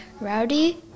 Rowdy